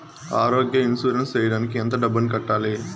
ఆరోగ్య ఇన్సూరెన్సు సేయడానికి ఎంత డబ్బుని కట్టాలి?